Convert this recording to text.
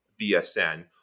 BSN